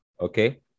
okay